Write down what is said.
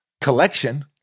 collection